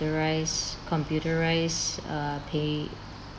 computerised computerised uh pay